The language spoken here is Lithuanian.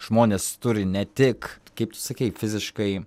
žmonės turi ne tik kaip tu sakei fiziškai